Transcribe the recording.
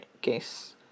guess